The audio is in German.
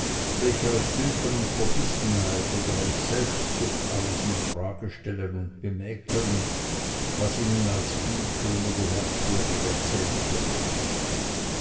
welche aus dünkel und verbissenheit oder aus selbstsucht alles in frage stellen und bemäkeln was ihnen als gut schön oder merkwürdig erzählt wird